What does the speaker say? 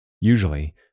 Usually